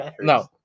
No